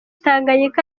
tanganyika